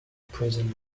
prison